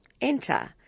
Enter